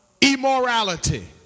immorality